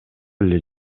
эле